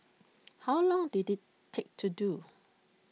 how long did IT take to do